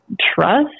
trust